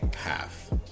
half